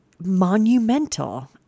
monumental